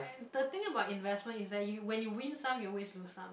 and the thing about investment is that you when you win some you always lose some